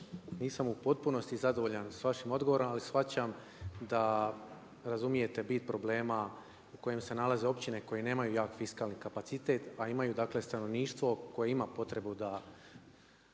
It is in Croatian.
nisam u potpunosti zadovoljan s vašim odgovorom, ali shvaćam da razumijete bit problema u kojem se nalaze općine, koje nemaju jak fiskalni kapacitet a imaju dakle stanovništvo koje ima potrebu da